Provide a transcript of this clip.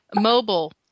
mobile